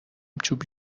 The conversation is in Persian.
چوب